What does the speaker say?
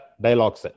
dialogue